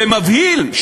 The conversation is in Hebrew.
זה מבהיל.